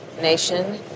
nation